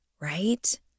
Right